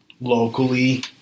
locally